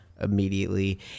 immediately